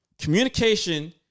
communication